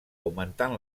augmentant